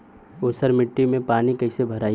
ऊसर मिट्टी में पानी कईसे भराई?